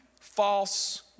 false